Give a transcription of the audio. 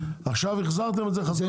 עכשיו החזרתם את זה.